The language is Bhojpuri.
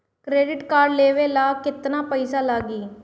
क्रेडिट कार्ड लेवे ला केतना पइसा लागी?